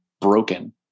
broken